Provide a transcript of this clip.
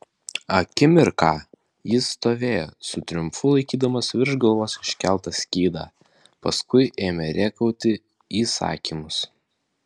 akimirką jis stovėjo su triumfu laikydamas virš galvos iškeltą skydą paskui ėmė rėkauti įsakymus